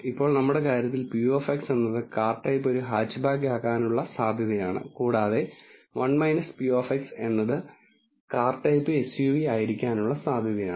ഇപ്പോൾ നമ്മുടെ കാര്യത്തിൽ p എന്നത് കാർ ടൈപ്പ് ഒരു ഹാച്ച്ബാക്ക് ആകാനുള്ള സാധ്യതയാണ് കൂടാതെ 1 p എന്നത് കാർ ടൈപ്പ് എസ്യുവി ആയിരിക്കാനുള്ള സാധ്യതയാണ്